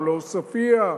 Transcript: או לעוספיא,